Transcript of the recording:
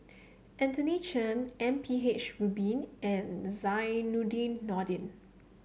Anthony Chen M P H Rubin and Zainudin Nordin